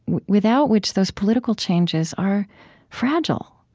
without which those political changes are fragile